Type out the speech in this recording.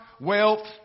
wealth